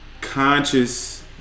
conscious